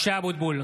(קורא בשמות חברי הכנסת) משה אבוטבול,